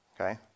okay